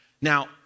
Now